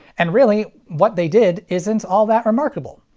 and really, what they did isn't all that remarkable.